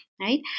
right